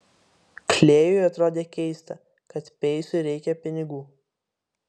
klėjui atrodė keista kad peisui reikia pinigų